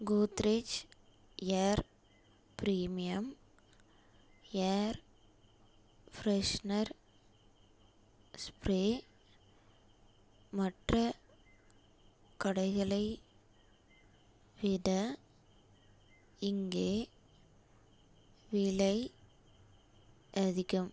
Godrej air premium air freshener spray மற்ற கடைகளை விட இங்கே விலை அதிகம்